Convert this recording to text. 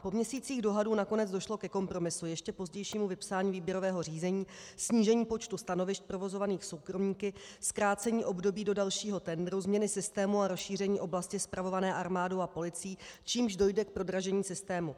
Po měsících dohadů nakonec došlo ke kompromisu ještě pozdějšímu vypsání výběrového řízení, snížení počtu stanovišť provozovaných soukromníky, zkrácení období do dalšího tendru, změny systému a rozšíření oblasti spravované armádou a policií, čímž dojde k prodražení systému.